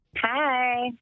Hi